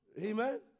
Amen